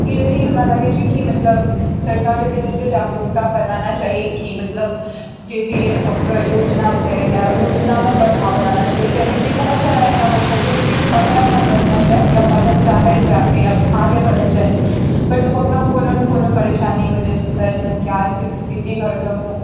ई लिए हमरा लागैत छै कि मतलब सरकारके जे छै जागरुकता फैलाना चाही कि मतलब जेभी ओकरा योजना छै या योजनामे बढ़ावा लाना छै कहनाइ कि बहुत सारा एहनो बच्चा छै जेकि पढ़एमे बढ़िआँ छै या पढ़ए लए चाहैत छै आगे बढ़ए लए चाहैत छै बट ओ अपना कोनो ने कोनो परेशानीके वजहसँ जेनाकि आर्थिक स्थिति बड्ड कम